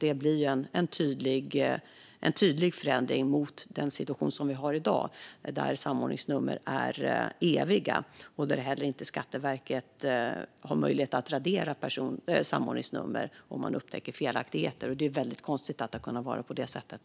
Det blir en tydlig förändring från hur det är i dag när samordningsnummer är eviga och Skatteverket inte har möjlighet att radera dem om man upptäcker felaktigheter. Det är konstigt att det har kunnat vara på det sättet.